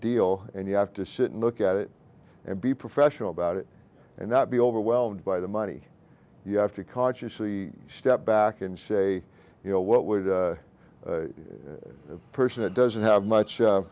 deal and you have to sit and look at it and be professional about it and not be overwhelmed by the money you have to consciously step back and say you know what would a person that doesn't have much